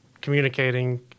communicating